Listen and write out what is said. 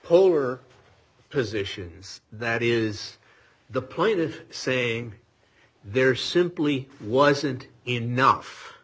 polar positions that is the point of saying there simply wasn't enough